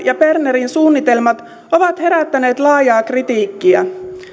ja berner suunnitelmat ovat herättäneet laajaa kritiikkiä